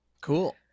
Cool